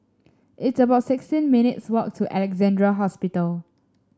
it's about sixteen minutes' walk to Alexandra Hospital